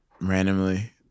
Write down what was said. randomly